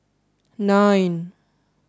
nine